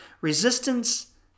Resistance